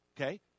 Okay